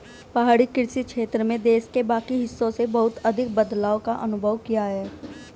पहाड़ी कृषि क्षेत्र में देश के बाकी हिस्सों से बहुत अधिक बदलाव का अनुभव किया है